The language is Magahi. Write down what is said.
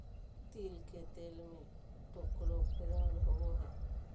तिल के तेल में टोकोफेरोल होबा हइ